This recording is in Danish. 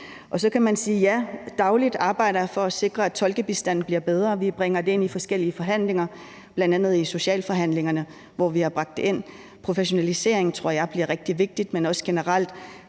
Så kan man sige, at IA dagligt arbejder for, at tolkebistanden bliver bedre. Vi bringer det ind i forskellige forhandlinger; vi har bl.a. bragt det ind i socialforhandlingerne. Jeg tror, at professionalisering bliver rigtig vigtigt, men generelt